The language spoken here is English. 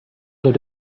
did